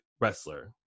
wrestler